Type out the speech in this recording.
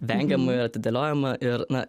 vengiama ir atidėliojama ir na